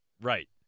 Right